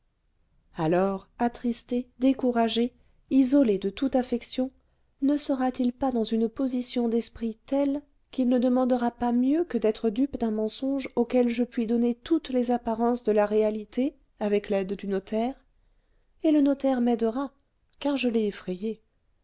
alors attristé découragé isolé de toute affection ne sera-t-il pas dans une position d'esprit telle qu'il ne demandera pas mieux que d'être dupe d'un mensonge auquel je puis donner toutes les apparences de la réalité avec l'aide du notaire et le notaire m'aidera car je l'ai effrayé